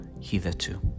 hitherto